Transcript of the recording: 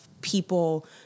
people